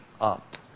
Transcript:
up